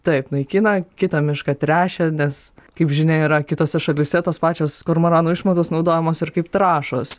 taip naikina kitą mišką tręšia nes kaip žinia yra kitose šalyse tos pačios kormoranų išmatos naudojamos ir kaip trąšos